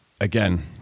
Again